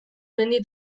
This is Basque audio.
mendi